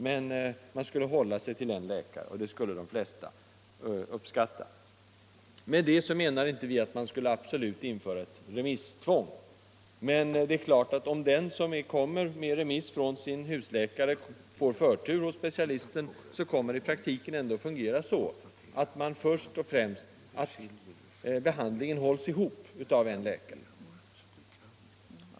Men man skulle hålla sig till en läkare. Det skulle de flesta uppskatta. Vi menar inte att man absolut skall införa ett remisstvång. Om den som har remiss från sin husläkare får förtur hos specialisten, kommer systemet i praktiken att fungera så att behandlingen ändå hålls ihop av en läkare.